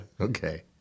Okay